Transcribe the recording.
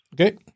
Okay